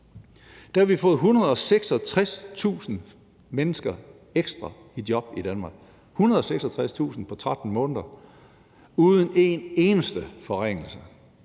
vi har fået 166.000 mennesker ekstra job i Danmark – 166.000 på 13 måneder – uden en eneste forringelse.